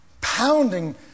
pounding